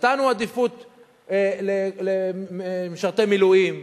נתנו עדיפות למשרתי מילואים,